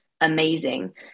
amazing